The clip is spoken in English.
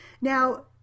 Now